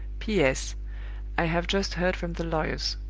p. s i have just heard from the lawyers.